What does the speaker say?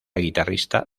guitarrista